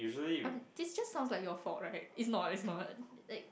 this just sounds like your fault right it's not it's not